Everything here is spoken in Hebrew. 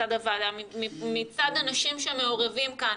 ומצד הוועדה מצד אנשים שמעורבים כאן